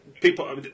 people